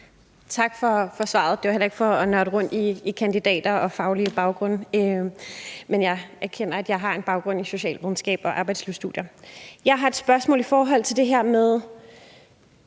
Tak for svaret. Det var heller ikke for at nørde rundt i kandidater og faglige baggrunde, men jeg erkender, at jeg har en baggrund i socialvidenskab og arbejdslivsstudier. Jeg har et spørgsmål i forhold til det her med